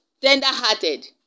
Tender-hearted